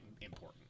important